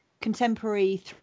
contemporary